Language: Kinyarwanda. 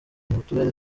turere